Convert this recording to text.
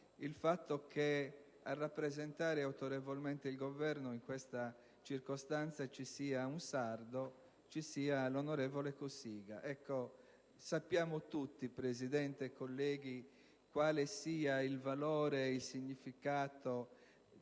il fatto che a rappresentare autorevolmente il Governo in questa circostanza ci sia un sardo, l'onorevole Cossiga. Sappiamo tutti, Presidente e colleghi, quale sia il valore, il significato